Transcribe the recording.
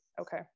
Okay